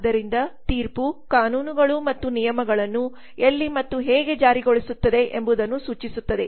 ಆದ್ದರಿಂದ ತೀರ್ಪು ಕಾನೂನುಗಳು ಮತ್ತು ನಿಯಮಗಳನ್ನು ಎಲ್ಲಿ ಮತ್ತು ಹೇಗೆ ಜಾರಿಗೊಳಿಸುತ್ತದೆ ಎಂಬುದನ್ನು ಸೂಚಿಸುತ್ತದೆ